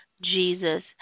Jesus